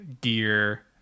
gear